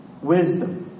Wisdom